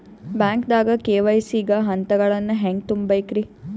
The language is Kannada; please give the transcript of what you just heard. ಬ್ಯಾಂಕ್ದಾಗ ಕೆ.ವೈ.ಸಿ ಗ ಹಂತಗಳನ್ನ ಹೆಂಗ್ ತುಂಬೇಕ್ರಿ?